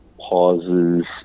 Pauses